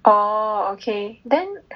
oh okay then